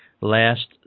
last